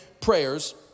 prayers